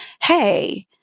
Hey